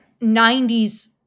90s